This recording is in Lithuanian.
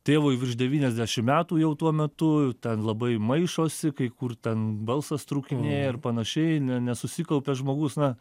tėvui virš devyniasdešim metų jau tuo metu ten labai maišosi kai kur ten balsas trūkinėja ir panašiai ne nesusikaupia žmogus na